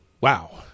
Wow